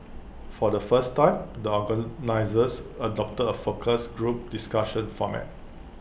for the first time the organisers adopted A focus group discussion format